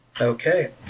Okay